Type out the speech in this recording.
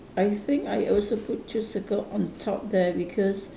I think I also put two circle on top there because